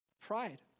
Pride